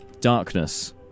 darkness